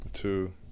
Two